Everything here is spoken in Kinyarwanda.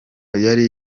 yari